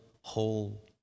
whole